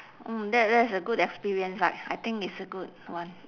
mm that that's a good experience right I think it's a good one